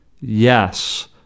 yes